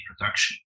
production